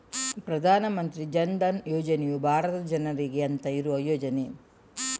ಪ್ರಧಾನ ಮಂತ್ರಿ ಜನ್ ಧನ್ ಯೋಜನೆಯು ಭಾರತದ ಜನರಿಗೆ ಅಂತ ಇರುವ ಯೋಜನೆ